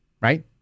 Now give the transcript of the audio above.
right